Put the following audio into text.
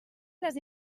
les